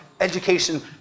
education